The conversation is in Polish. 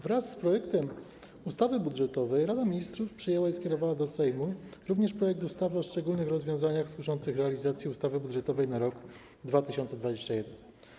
Wraz z projektem ustawy budżetowej Rada Ministrów przyjęła i skierowała do Sejmu projekt ustawy o szczególnych rozwiązaniach służących realizacji ustawy budżetowej na rok 2021.